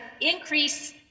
increase